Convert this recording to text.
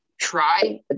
Try